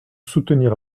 soutenir